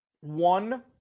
one